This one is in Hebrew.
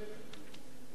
העמיד את עצמו